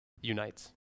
unites